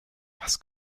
was